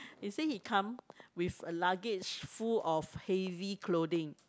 you say he come with a luggage full of heavy clothing